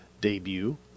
debut